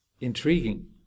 intriguing